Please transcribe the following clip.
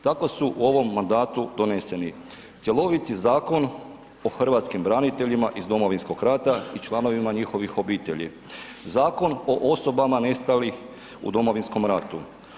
Tako su u ovom mandatu doneseni cjeloviti Zakon o hrvatskim branitelja iz Domovinskog rata i članovima njihovih obitelji, Zakon o osobama nestalih u Domovinskom ratu.